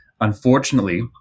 Unfortunately